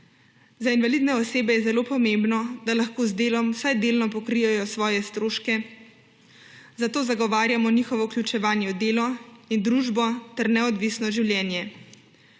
Za invalidne osebe je zelo pomembno, da lahko z delom vsaj delno pokrijejo svoje stroške, zato zagovarjamo njihovo vključevanje v delo in družbo ter neodvisno življenje.